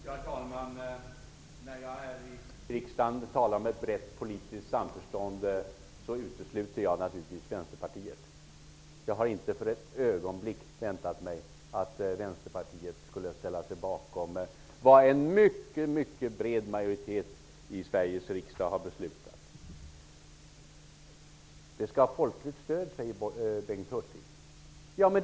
Herr talman! När jag i riksdagen talar om ett brett politiskt samförstånd utesluter jag naturligtvis Vänsterpartiet. Jag har inte för ett ögonblick väntat mig att Vänsterpartiet skulle ställa sig bakom vad en mycket bred majoritet i Sveriges riksdag har beslutat. Bengt Hurtig säger att det skall vara ett folkligt stöd.